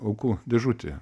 aukų dėžutėje